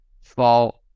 fall